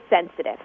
sensitive